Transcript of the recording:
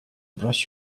brush